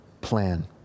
plan